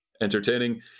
entertaining